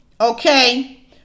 Okay